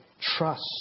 trust